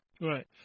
Right